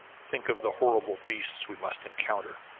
think of the horrible beasts we must encounter!